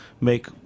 make